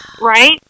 Right